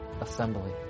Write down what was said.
assembly